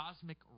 cosmic